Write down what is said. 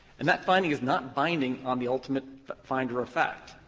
and that finding is not binding on the ultimate finder of fact.